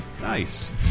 Nice